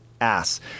ass